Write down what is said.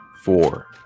four